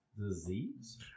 disease